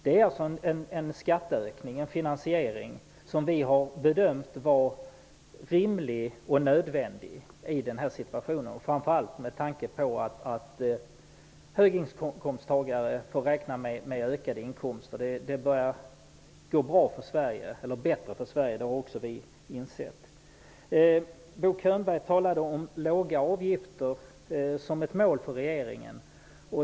Det är alltså en skatteökning, en finansiering som vi har bedömt rimlig och nödvändig i den här situationen, framför allt med tanke på att höginkomsttagare får räkna med ökade inkomster. Det börjar gå bättre för Sverige; det har också vi insett. Bo Könberg talade om låga avgifter som ett mål för regeringen.